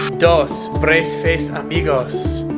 dos, brace-face amigos.